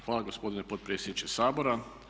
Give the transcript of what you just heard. Hvala gospodine potpredsjedniče Sabora.